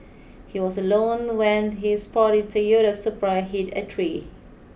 he was alone when his sporty Toyota Supra hit a tree